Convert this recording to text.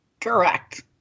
Correct